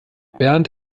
bernd